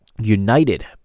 United